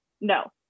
No